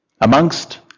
amongst